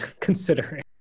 considering